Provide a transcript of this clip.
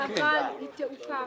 אבל היא תעוכב